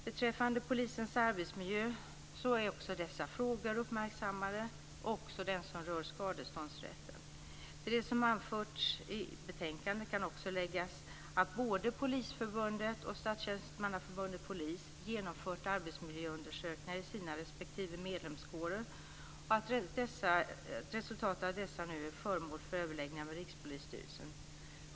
Också frågan om polisens arbetsmiljö är uppmärksammad och även den som rör skadeståndsrätten. Till det som anförts i betänkandet kan också läggas att både Polisförbundet och Statstjänstemannaförbundet-Polisväsende genomfört arbetsmiljöundersökningar i sina respektive medlemskårer. Resultatet av dessa är nu föremål för överläggningar med Rikspolisstyrelsen.